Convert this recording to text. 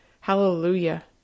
Hallelujah